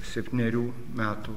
septynerių metų